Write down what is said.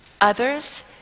others